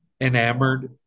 enamored